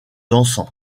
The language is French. dansant